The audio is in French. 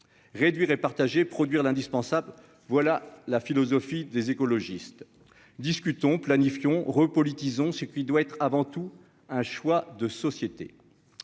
réduire et partager produire l'indispensable, voilà la philosophie des écologistes discutons planifions repolitiser c'est il doit être avant tout un choix de société